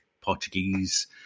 Portuguese